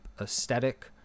aesthetic